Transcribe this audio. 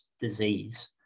disease